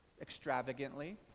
Extravagantly